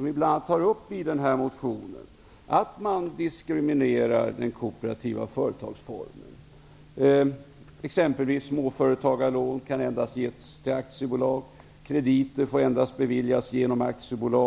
vi bl.a. tar upp i motionen, att man diskriminerar den kooperativa företagsformen. Småföretagarlån kan endast ges till aktiebolag och krediter får endast beviljas genom aktiebolag.